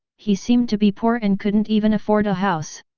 he seemed to be poor and couldn't even afford a house.